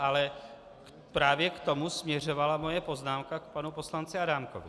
Ale právě k tomu směřovala moje poznámka k panu poslanci Adámkovi.